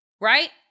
Right